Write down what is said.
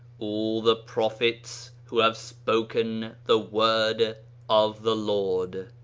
all the prophets who have spoken the word of the lord.